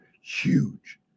Huge